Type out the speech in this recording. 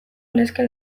nesken